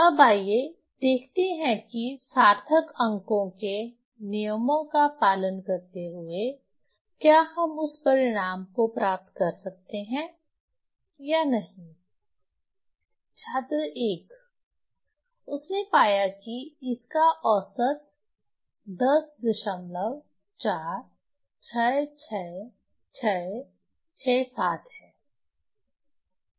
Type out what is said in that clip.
अब आइए देखते हैं की सार्थक अंकों के नियमों का पालन करते हुए क्या हम उस परिणाम को प्राप्त कर सकते हैं या नहीं छात्र 1 उसने पाया कि इसका औसत 10466667 है